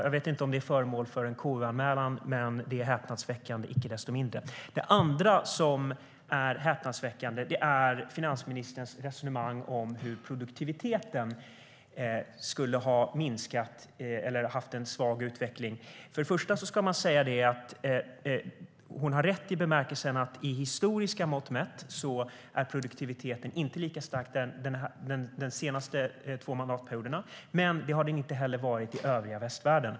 Jag vet inte om det är föremål för en KU-anmälan, men det är icke desto mindre häpnadsväckande. Det andra som är häpnadsväckande är finansministerns resonemang om att produktiviteten har haft en svag utveckling. Hon har rätt i den bemärkelsen att i historiska mått mätt har produktiviteten inte varit lika stark under de senaste två mandatperioderna. Men det har den inte heller varit i övriga västvärlden.